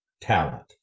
talent